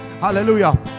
hallelujah